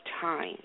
time